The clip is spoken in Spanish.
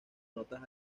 notas